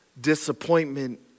disappointment